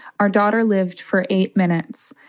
our daughter lived for eight minutes.